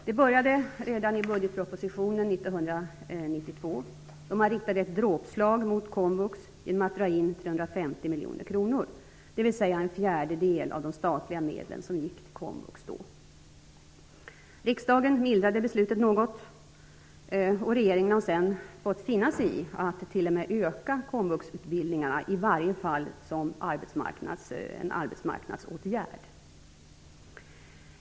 Det började redan i budgetpropositionen 1992, då man riktade ett dråpslag mot komvux genom att dra in 350 miljoner kronor, dvs. en fjärdedel av de statliga medel som då gick till komvux. Riksdagen mildrade beslutet något, och regeringen har sedan fått finna sig i att t.o.m. öka komvuxutbildningen, i varje fall som en arbetsmarknadsåtgärd.